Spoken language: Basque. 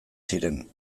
ziren